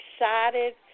excited